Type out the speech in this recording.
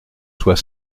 soit